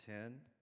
Ten